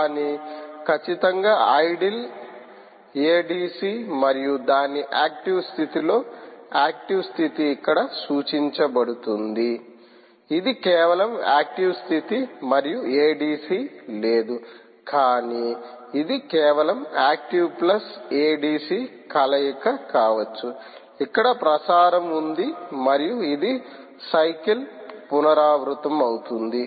కానీ ఖచ్చితంగా idle ADC మరియు దాని ఆక్టివ్ స్థితిలో ఆక్టివ్ స్థితి ఇక్కడ సూచించబడుతుంది ఇది కేవలం ఆక్టివ్ స్థితి మరియు ADC లేదు కానీ ఇది కేవలం ఆక్టివ్ ప్లస్ ADC కలయిక కావచ్చు ఇక్కడ ప్రసారం ఉంది మరియు ఇది సైకిల్ పునరావృతమవుతుంది